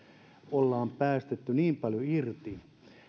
ollaan päästetty irti niin paljon